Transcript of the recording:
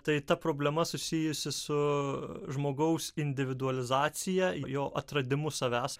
tai ta problema susijusi su žmogaus individualizacija ir jo atradimu savęs